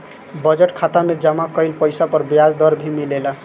budget खाता में जमा कइल पइसा पर ब्याज दर भी मिलेला